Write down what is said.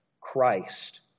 Christ